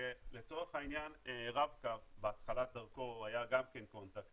כשלצורך העניין רב קו בהתחלת דרכו היה גם כן contact,